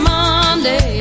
Monday